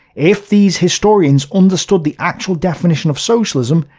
if these historians understood the actual definition of socialism,